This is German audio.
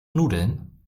nudeln